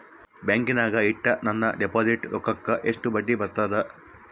ಬ್ಯಾಂಕಿನಾಗ ಇಟ್ಟ ನನ್ನ ಡಿಪಾಸಿಟ್ ರೊಕ್ಕಕ್ಕ ಎಷ್ಟು ಬಡ್ಡಿ ಬರ್ತದ?